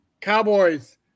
Cowboys